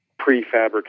prefabricated